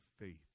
faith